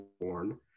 born